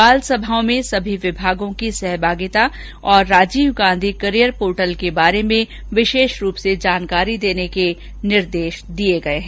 बाल सभाओं में सभी विभागों की सहभागिता तथा राजीव गांधी कैरियर पॉर्टल के बारे में विशेष रूप से जानकारी देने के बारे में निर्देश दिए गए हैं